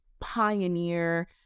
pioneer